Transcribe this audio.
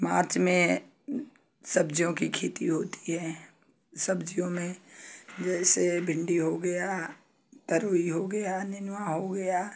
मार्च में सब्ज़ियों की खेती होती है सब्ज़ियों में जैसे भिंडी हो गया तरोई हो गया निनुआ हो गया